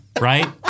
Right